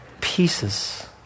pieces